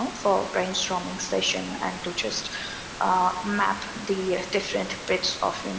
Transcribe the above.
for brainstorming session and to just map the different bits of